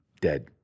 dead